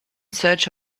search